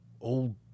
old